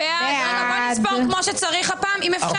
מי נגד?